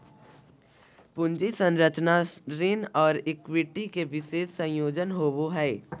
पूंजी संरचना ऋण और इक्विटी के विशेष संयोजन होवो हइ